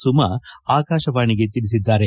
ಸುಮಾ ಆಕಾಶವಾಣಿಗೆ ತಿಳಿಸಿದ್ದಾರೆ